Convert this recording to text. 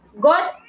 god